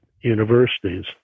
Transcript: universities